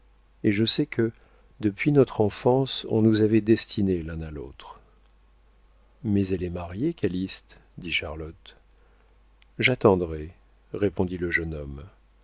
et je sais que depuis notre enfance on nous avait destinés l'un à l'autre mais elle est mariée calyste dit charlotte j'attendrai répondit le jeune homme